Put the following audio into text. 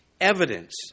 evidence